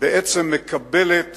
בעצם מקבלת